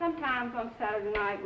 sometimes on saturday night